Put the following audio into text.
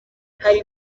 hari